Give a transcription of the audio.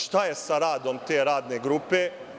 Šta je sa radom te radne grupe?